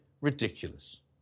ridiculous